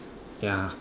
ya